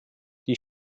die